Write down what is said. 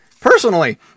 personally